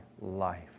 life